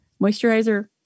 moisturizer